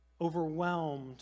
overwhelmed